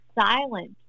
silent